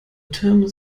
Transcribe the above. türmen